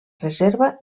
reserva